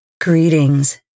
Greetings